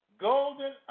Golden